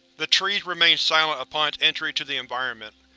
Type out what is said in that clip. the trees remained silent upon its entry to the environment.